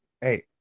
Hey